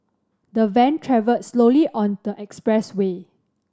the van travelled slowly on the expressway